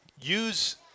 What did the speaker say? use